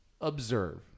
observe